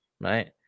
right